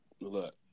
Look